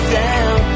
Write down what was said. down